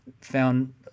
found